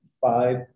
five